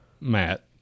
matt